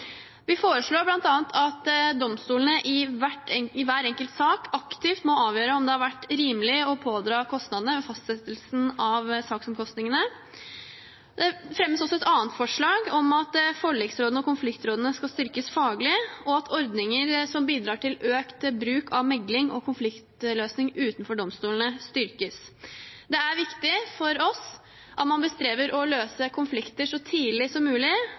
Vi foreslår bl.a. at domstolene i hver enkelt sak aktivt må avgjøre om det har vært rimelig å pådra kostnadene ved fastsettelsen av saksomkostningene. Det fremmes også et forslag om at forliksrådene og konfliktrådene skal styrkes faglig, og at ordninger som bidrar til økt bruk av mekling og konfliktløsning utenfor domstolene, styrkes. Det er viktig for oss at man tilstreber å løse konflikter så tidlig som mulig,